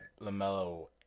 Lamelo